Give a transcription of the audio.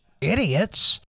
idiots